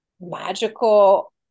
magical